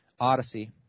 Odyssey